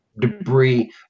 debris